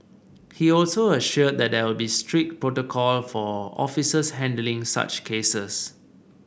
he also assured that there will be strict protocol for officers handling such cases